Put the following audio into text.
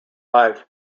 life